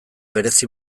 berezi